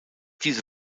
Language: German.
diese